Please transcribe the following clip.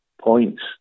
points